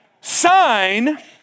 sign